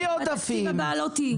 בתקציב הבא את לא תהיי.